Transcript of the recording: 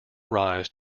arrives